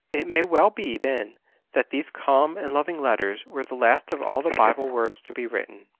it may well be then that these calm and loving letters were the last of all the bible words to be written.